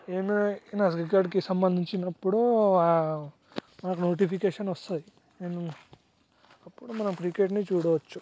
ఏమైనా రికార్డుకి సంబంధించినప్పుడు ఆ మనకి నోటిఫికేషన్ వస్తుంది అప్పుడు మనం క్రికెట్ని చూడవచ్చు